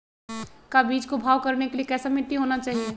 का बीज को भाव करने के लिए कैसा मिट्टी होना चाहिए?